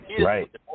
Right